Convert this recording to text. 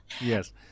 yes